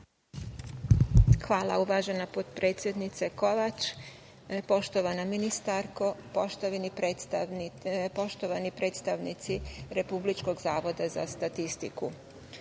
Hvala, uvažena potpredsednice Kovač. Poštovana ministarko, poštovani predstavnici Republičkog zavoda za statistiku,